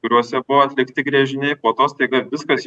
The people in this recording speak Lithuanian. kuriuose buvo atlikti gręžiniai po to staiga viskas